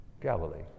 Galilee